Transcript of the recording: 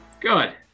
Good